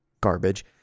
garbage